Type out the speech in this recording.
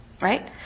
right